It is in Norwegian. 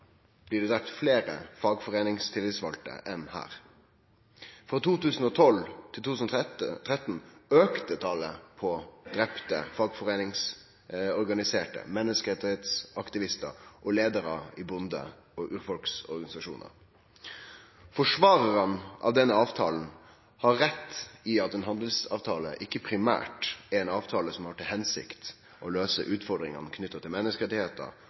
blir det drepe fleire fagforeiningstillitsvalde enn her. Frå 2012 til 2013 auka talet på drepne fagforeiningsorganiserte, menneskerettsaktivistar og leiarar i bonde- og urfolksorganisasjonar. Forsvararane av denne avtalen har rett i at ein handelsavtale ikkje primært er ein avtale som har til hensikt å løyse utfordringane knytte til